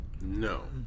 No